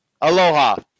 Aloha